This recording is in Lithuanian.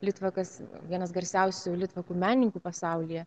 litvakas vienas garsiausių litvakų menininkų pasaulyje